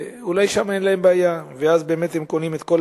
אולי שם אין להם בעיה, ואז הם קונים את כל